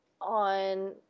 on